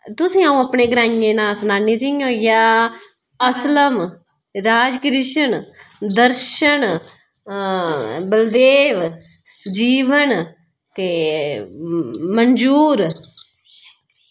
तुसें गी अ'ऊं अपने ग्राएं दा नांऽ सनानी जि'यां होई गेआ असलम राजकृष्ण दर्शन बलदेब जीवन ते मंझूर